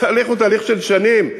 התהליך הוא תהליך של שנים.